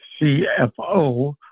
CFO